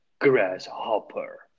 Grasshopper